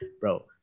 bro